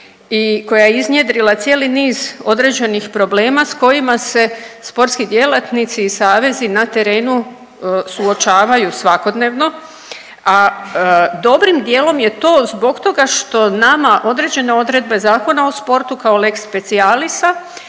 koja je iznjedrila cijeli niz određenih problema s kojima se sportski djelatnici i savezi na terenu suočavaju svakodnevno, a dobrim dijelom je to zbog toga što nama određene odredbe Zakona o sportu kao lex specialisa